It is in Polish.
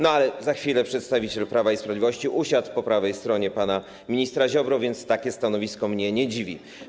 No ale za chwilę przedstawiciel Prawa i Sprawiedliwości usiadł po prawej stronie pana ministra Ziobry, więc takie stanowisko mnie nie dziwi.